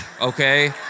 okay